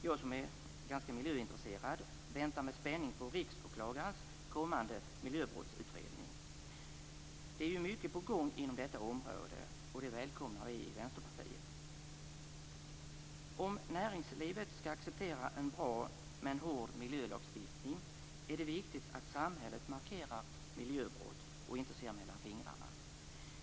Jag, som är ganska miljöintresserad, väntar med spänning på riksåklagarens kommande miljöbrottsutredning. Det är ju mycket på gång inom detta område, och det välkomnar vi i Vänsterpartiet. Om näringslivet skall acceptera en bra men hård miljölagstiftning är det viktigt att samhället markerar mot miljöbrott och inte ser dem mellan fingrarna.